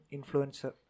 Influencer